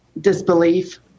Disbelief